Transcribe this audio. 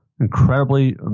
incredibly